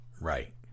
Right